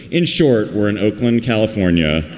in short, we're in oakland, california